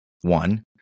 One